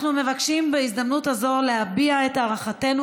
אנחנו מבקשים בהזדמנות הזו להביע את הערכתנו